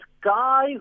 guy